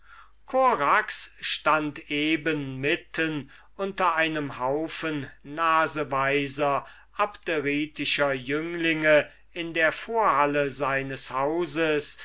korax stund eben mitten unter einem haufen nasenweiser abderitischer jünglinge in der vorhalle seines hauses